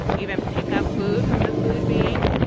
even pick up food from the food bank.